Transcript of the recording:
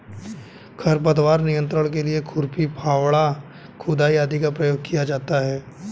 खरपतवार नियंत्रण के लिए खुरपी, फावड़ा, खुदाई आदि का प्रयोग किया जाता है